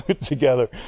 together